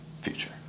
Future